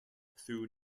through